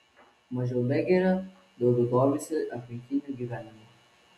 mažiau begeria daugiau domisi aplinkiniu gyvenimu